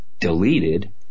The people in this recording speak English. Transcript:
deleted